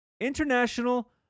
International